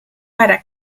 para